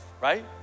right